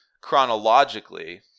chronologically